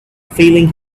feeling